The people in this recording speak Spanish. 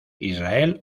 israel